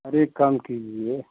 rate कम कीजिए